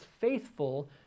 faithful